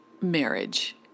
marriage